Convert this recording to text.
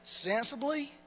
Sensibly